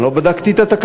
אני לא בדקתי את התקנון,